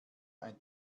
ein